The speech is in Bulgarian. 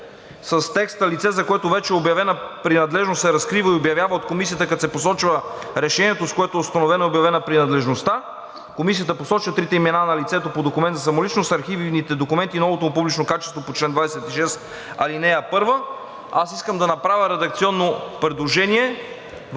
с текст: „Лице, за което вече е обявена принадлежност, се разкрива и обявява от Комисията, като се посочва решението, с което е установена и обявена принадлежността. Комисията посочва трите имена на лицето по документ за самоличност, архивните документи и новото му публично качество по чл. 26, ал. 1.“ Аз искам да направя редакционно предложение във